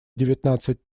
девятнадцать